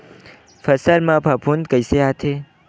फसल मा फफूंद कइसे आथे?